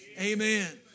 Amen